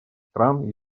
стран